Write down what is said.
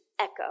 echo